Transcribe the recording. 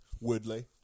Woodley